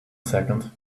second